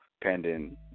pending